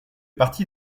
partie